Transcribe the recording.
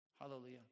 hallelujah